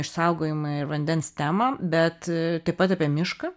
išsaugojimą ir vandens temą bet taip pat apie mišką